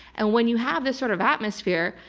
and when you have this sort of atmosphere,